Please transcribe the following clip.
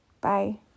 Bye